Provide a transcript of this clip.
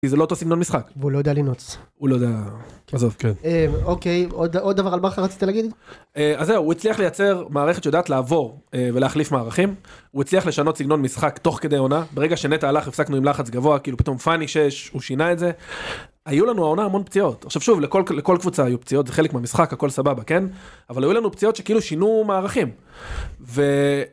כי זה לא אותו סגנון משחק. והוא לא יודע לנעוץ. הוא לא יודע... עזוב, כן. אוקיי, עוד דבר על בכר רצית להגיד? אז זהו, הוא הצליח לייצר מערכת יודעת לעבור, ולהחליף מערכים, הוא הצליח לשנות סגנון משחק תוך כדי עונה. ברגע שנטע הלך הפסקנו עם לחץ גבוה כאילו פתאום פני שש, הוא שינה את זה. היו לנו העונה המון פציעות. עכשיו שוב, לכל כל כל קבוצה היו פציעות, זה חלק מהמשחק, הכל סבבה, כן? אבל היו לנו פציעות שכאילו שינו מערכים. ו...